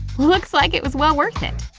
looks like it was well worth it.